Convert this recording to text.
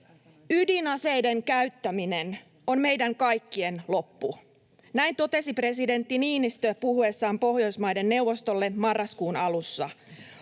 ”Ydinaseiden käyttäminen olisi meidän kaikkien loppu”, totesi presidentti Niinistö puhuessaan Pohjoismaiden neuvostolle marraskuun alussa.